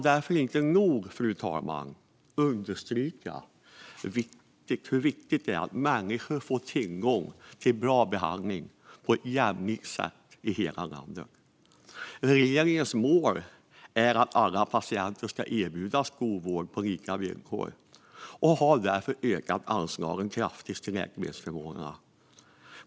Därför kan jag inte nog understryka hur viktigt det är att människor får tillgång till bra behandling på ett jämlikt sätt i hela landet, fru talman. Regeringens mål är att alla patienter ska erbjudas god vård på lika villkor, och regeringen har därför kraftigt ökat anslagen till läkemedelsförmånerna.